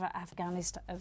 Afghanistan